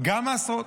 גם מעשרות.